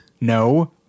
no